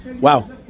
Wow